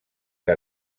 que